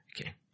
Okay